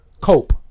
cope